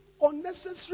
unnecessary